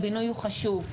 הבינוי הוא חשוב,